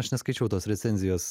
aš neskaičiau tos recenzijos